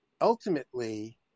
Ultimately